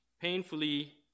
Painfully